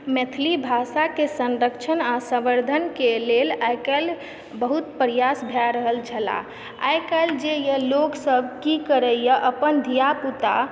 मैथिली भाषाकेँ संरक्षण आओर सम्वर्धनके लेल आइकाल्हि बहुत प्रयास भए रहल छला आइकाल्हि जेए लोकसभ की करययै अपन धिया पुता